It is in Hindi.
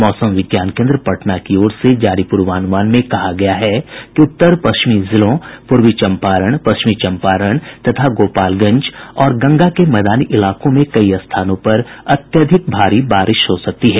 मौसम विज्ञान केंद्र पटना की ओर से जारी पूर्वानुमान में कहा गया है कि उत्तर पश्चिमी जिलों पूर्वी चंपारण पश्चिमी चंपारण तथा गोपालगंज और गंगा के मैदानी इलाकों में कई स्थानों पर अत्यधिक भारी बारिश हो सकती है